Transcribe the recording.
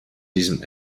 diesem